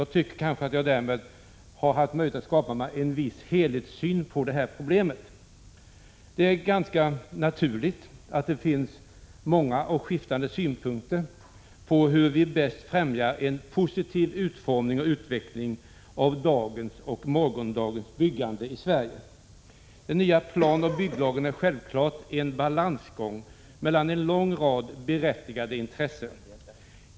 Därmed tycker jag att jag har haft möjlighet att skaffa mig en viss helhetssyn på dessa problem. Det är ganska naturligt att det finns många och skiftande synpunkter på hur vi bäst främjar en positiv utformning och utveckling av dagens och morgondagens byggande i Sverige. Den nya planoch bygglagen är självfallet en balansgång mellan en lång rad berättigade intressen.